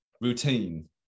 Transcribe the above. routine